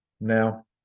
Now